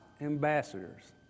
ambassadors